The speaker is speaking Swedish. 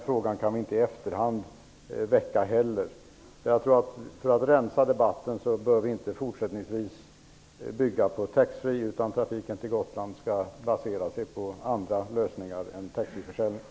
Frågan kan inte heller väckas i efterhand. För att rensa debatten vill jag säga att färjetrafiken till Gotland inte skall baseras på taxfreeförsäljning utan på andra lösningar.